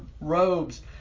robes